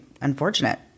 unfortunate